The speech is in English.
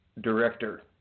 director